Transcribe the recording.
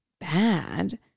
bad